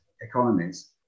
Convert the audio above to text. economies